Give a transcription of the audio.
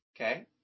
Okay